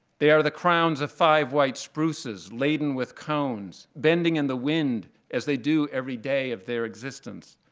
they are the crowns of five white spruces laden with cones, bending in the wind as they do every day of their existence.